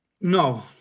No